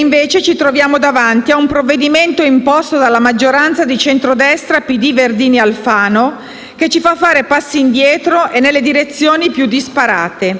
C'è un velo di propaganda che copre una pletora di interventi di scarso impatto, di localismi e particolarismi nascosti tra le pieghe degli emendamenti.